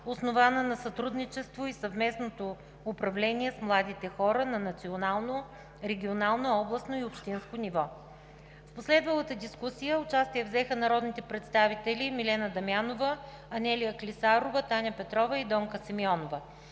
основана на сътрудничеството и съвместното управление с младите хора на национално, регионално, областно и общинско ниво. В последвалата дискусия участие взеха народните представители Милена Дамянова, Анелия Клисарова, Таня Петрова и Донка Симеонова.